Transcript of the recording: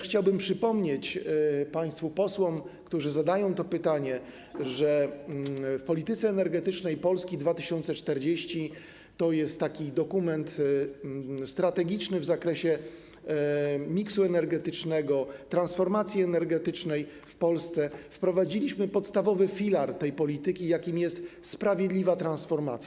Chciałbym też przypomnieć państwu posłom, którzy zadają to pytanie, że w ˝Polityce energetycznej Polski do 2040 r.˝ - to jest dokument strategiczny w zakresie miksu energetycznego, transformacji energetycznej w Polsce - wprowadziliśmy podstawowy filar tej polityki, jakim jest sprawiedliwa transformacja.